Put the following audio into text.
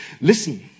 listen